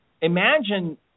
Imagine